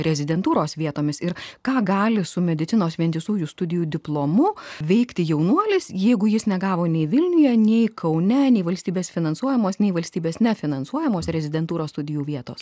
rezidentūros vietomis ir ką gali su medicinos vientisųjų studijų diplomu veikti jaunuolis jeigu jis negavo nei vilniuje nei kaune nei valstybės finansuojamos nei valstybės nefinansuojamose rezidentūros studijų vietos